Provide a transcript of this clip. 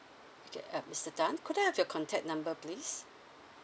okay uh mister dan could I have your contact number please